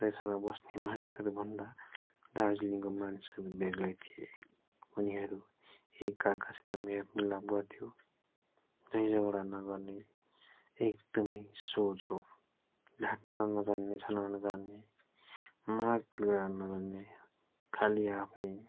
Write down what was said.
देशहरूमा बस्ने मानिसहरूभन्दा दार्जिलिङको मानिसहरू बेग्लै थिए उनीहरू एकार्कासित मेल मिलाप गर्थ्यो झैँझगडा नगर्ने एकदमै सोझो ढाट्न नजान्ने छल्न नजान्ने मारकाट गर्न नजान्ने खालि आफ्नै